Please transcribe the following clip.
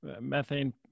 methane